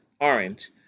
orange